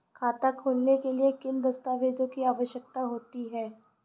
खाता खोलने के लिए किन दस्तावेजों की आवश्यकता होती है?